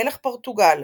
מלך פורטוגל,